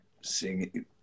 singing